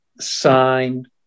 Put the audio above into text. signed